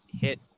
hit